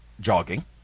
jogging